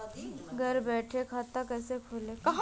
घर बैठे खाता कैसे खोलें?